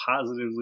positively